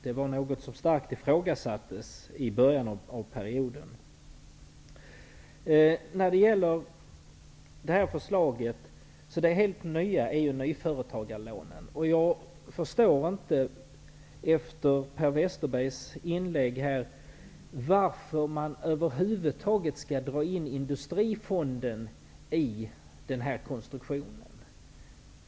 Det var något som starkt ifrågasattes i början av perioden. Det helt nya i det här förslaget är nyföretagarlånen. Jag förstår inte, efter Per Westerbergs inlägg, varför man över huvud taget skall dra in Industrifonden i den här konstruktionen.